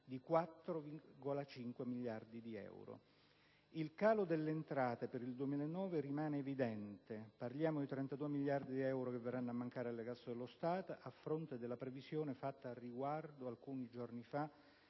di 4,5 miliardi euro. Il calo delle entrate per il 2009 rimane evidente; parliamo di 32 miliardi di euro che verranno a mancare alle casse dello Stato, a fronte della previsione fatta al riguardo alcuni giorni fa